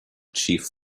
chief